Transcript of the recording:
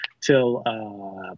till